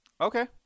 okay